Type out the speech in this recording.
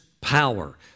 power